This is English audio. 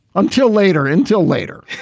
until later. until later